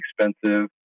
expensive